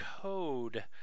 code